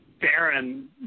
barren